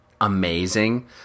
amazing